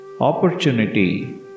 Opportunity